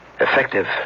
Effective